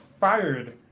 fired